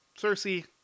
Cersei